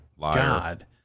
God